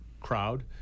crowd